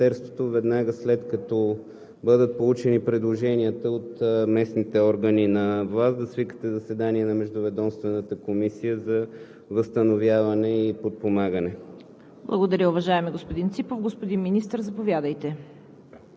вследствие на наводненията, каква е готовността на Министерството веднага след като бъдат получени предложенията на местните органи на власт да свикате заседание на Междуведомствената комисия за възстановяване и подпомагане?